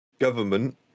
government